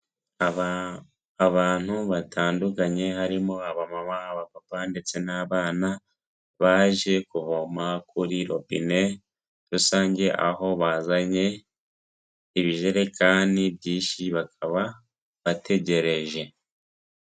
Abantu batandukanye harimo abamama, abapapa ndetse n'abana; baje kuvoma kuri robine rusange; aho bazanye ibijerekani byinshi bakaba bategereje.